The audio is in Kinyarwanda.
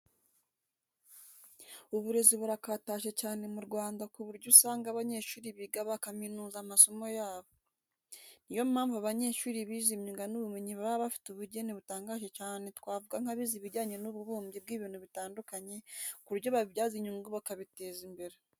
Uburezi burakataje cyane mu Rwanda ku buryo usanga abanyeshuri biga bakaminuza amasomo yabo, ni yo mpamvu abanyeshuri bize imyuga n'ubumenyingiro baba bafite ubugeni butangaje cyane twavuga nk'abize ibijyanye n'ububumbyi bw'ibintu bitandukanye ku buryo babibyaza inyungu bakiteza imbere.